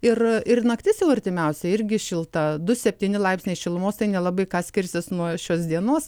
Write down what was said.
ir ir naktis jau artimiausią irgi šilta du septyni laipsniai šilumos tai nelabai ką skirsis nuo šios dienos